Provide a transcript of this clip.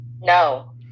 No